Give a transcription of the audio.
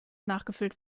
nachgefüllt